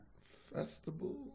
Festival